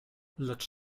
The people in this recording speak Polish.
lecz